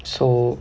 so